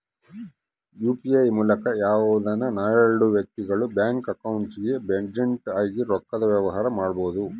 UPI ಮೂಲಕ ಯಾವ್ದನ ಎಲ್ಡು ವ್ಯಕ್ತಿಗುಳು ಬ್ಯಾಂಕ್ ಅಕೌಂಟ್ಗೆ ಅರ್ಜೆಂಟ್ ಆಗಿ ರೊಕ್ಕದ ವ್ಯವಹಾರ ಮಾಡ್ಬೋದು